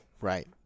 Right